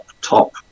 top